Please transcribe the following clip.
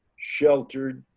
sheltered,